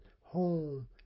home